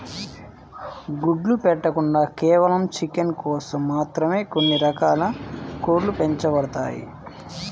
గుడ్లు పెట్టకుండా కేవలం చికెన్ కోసం మాత్రమే కొన్ని రకాల కోడ్లు పెంచబడతాయి